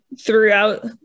throughout